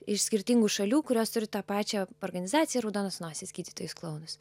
iš skirtingų šalių kurios turi tą pačią organizaciją raudonas nosis gydytojus klounus